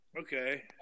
Okay